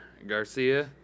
Garcia